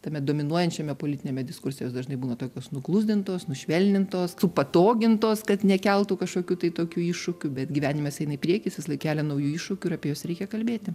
tame dominuojančiame politiniame diskurse jos dažnai būna tokios nuglusdintos nušvelnintos supatogintos kad nekeltų kažkokių tai tokių iššūkių bet gyvenimas eina į priekį jis visąlaik kelia naujų iššūkių ir apie juos reikia kalbėti